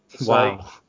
Wow